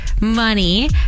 money